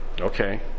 Okay